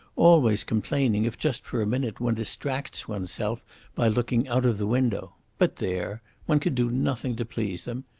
always complaining if just for a minute one distracts oneself by looking out of the window. but there! one can do nothing to please them.